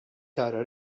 tara